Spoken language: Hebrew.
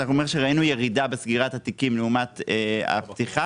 זה אומר שראינו ירידה בסגירת התיקים לעומת הפתיחה.